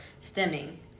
stemming